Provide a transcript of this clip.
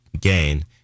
gain